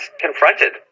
confronted